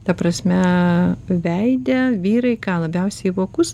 ta prasme veide vyrai ką labiausiai vokus